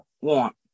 want